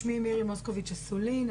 שמי מירי מוסקוביץ' אסולין,